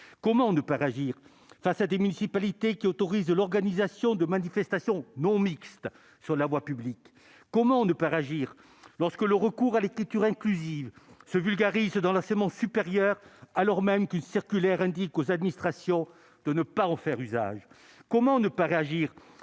comment ne pas réagir face à des municipalités qui autorise l'organisation de manifestations non mixtes sur la voie publique, comment ne pas réagir lorsque le recours à l'écriture inclusive se vulgarise dans la segments supérieurs alors même qu'une circulaire indique aux administrations de ne pas en faire usage,